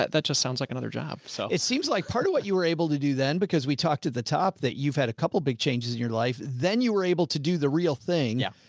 that that just sounds like another job. so joe it seems like part of what you were able to do then, because we talked to the top, that you've had a couple big changes in your life, then you were able to do the real thing. yeah.